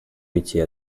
уйти